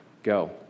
Go